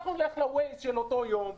אנחנו נלך ל"ווייז" של אותו יום,